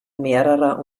mehrerer